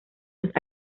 sus